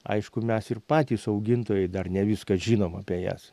aišku mes ir patys augintojai dar ne viską žinom apie jas